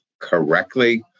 correctly